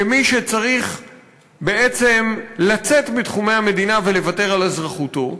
כמי שצריך בעצם לצאת מתחומי המדינה ולוותר על אזרחותו,